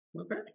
okay